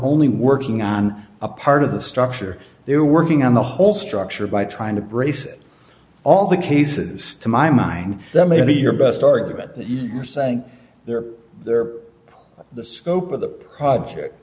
only working on a part of the structure they were working on the whole structure by trying to brace all the cases to my mind that may be your best argument that you are saying they're there the scope of the project